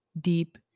deep